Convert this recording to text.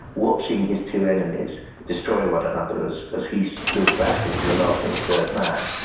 watching his two enemies destroy one another as as he stood back as the laughing third man.